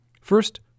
First